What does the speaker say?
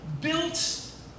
built